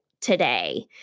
today